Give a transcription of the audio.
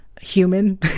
human